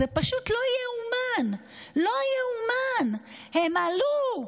זה פשוט לא ייאמן, לא ייאמן, הם עלו.